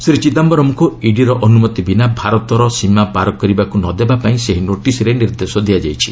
ଶ୍ରୀ ଚିଦାମ୍ଘରମ୍ଙ୍କୁ ଇଡ଼ିର ଅନୁମତି ବିନା ଭାରତ ସୀମା ପାର୍ କରିବାକୁ ନ ଦେବାପାଇଁ ସେହି ନୋଟିସ୍ରେ ନିର୍ଦ୍ଦେଶ ଦିଆଯାଇଛି